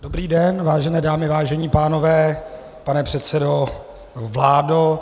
Dobrý den vážené dámy, vážení pánové, pane předsedo, vládo.